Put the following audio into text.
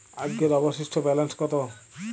আজকের অবশিষ্ট ব্যালেন্স কত?